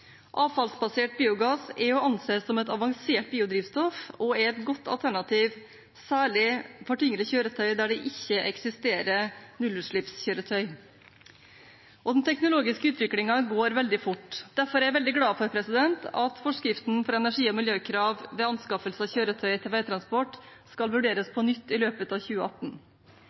Avfallsbasert biogass er å anse som et avansert biodrivstoff og er et godt alternativ, særlig for tyngre kjøretøy der det ikke eksisterer nullutslippskjøretøy. Den teknologiske utviklingen går veldig fort. Derfor er jeg veldig glad for at forskriften for energi- og miljøkrav ved anskaffelse av kjøretøy til veitransport skal vurderes på nytt i løpet av 2018.